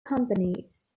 companies